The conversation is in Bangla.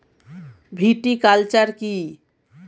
ভিটিকালচার কী?